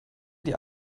die